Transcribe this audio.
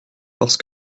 parce